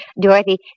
Dorothy